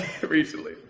recently